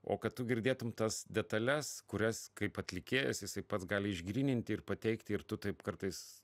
o kad tu girdėtum tas detales kurias kaip atlikėjas jisai pats gali išgryninti ir pateikti ir tu taip kartais